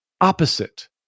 opposite